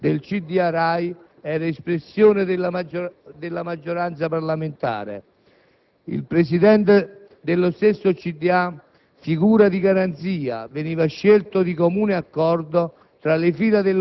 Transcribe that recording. In particolare, non possiamo fare a meno di constatare l'avvenuta alterazione di un consolidato equilibrio che consisteva nel rispetto di una prassi in base alla quale